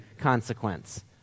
consequence